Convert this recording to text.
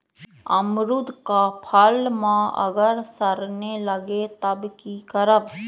अमरुद क फल म अगर सरने लगे तब की करब?